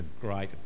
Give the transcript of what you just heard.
great